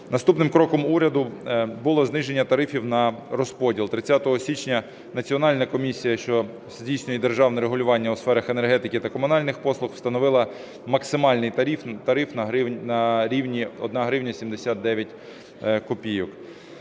Наступним кроком уряду було зниження тарифів на розподіл. 30 січня Національна комісія, що здійснює державне регулювання у сферах енергетики та комунальних послуг встановила максимальний тариф на рівні 1 гривня